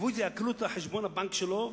יעקלו את חשבון הבנק שלו,